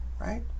right